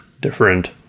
different